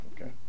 Okay